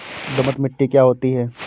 दोमट मिट्टी क्या होती हैं?